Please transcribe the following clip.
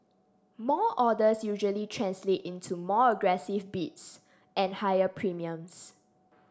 more orders usually translate into more aggressive bids and higher premiums